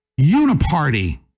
uniparty